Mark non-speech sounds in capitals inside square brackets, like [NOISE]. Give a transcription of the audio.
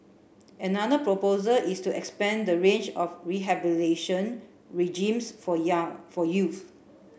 another proposal is to expand the range of [UNINTELLIGIBLE] regimes for young for youths